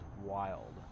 wild